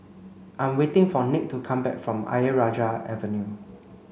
I'm waiting for Nick to come back from Ayer Rajah Avenue